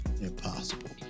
impossible